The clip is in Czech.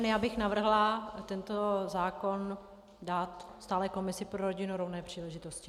Já bych navrhla tento zákon dát stálé komisi pro rodinu a rovné příležitosti.